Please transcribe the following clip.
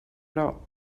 però